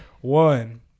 One